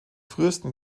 frühesten